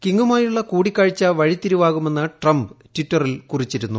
കിംങുമായുള്ള കൂടിക്കാഴ്ച വഴിത്തിരിവാകുമെന്ന് ട്രംപ് ട്വിറ്ററിൽ കുറിച്ചിരുന്നു